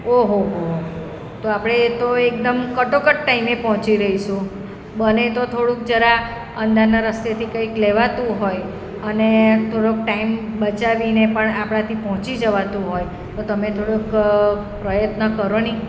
ઓ હોહોહો તો આપણે એ તો એકદમ કટોકટ ટાઈમે પહોંચી રહીશું બને તો થોડુંક જરા અંદરના રસ્તેથી કંઈક લેવાતું હોય અને થોડોક ટાઈમ બચાવીને પણ આપણાથી પહોંચી જવાતું હોય તો તમે થોડુંક પ્રયત્ન કરો ને